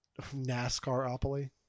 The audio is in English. NASCARopoly